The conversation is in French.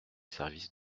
services